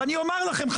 ואני אומר לכם,